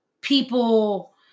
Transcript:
People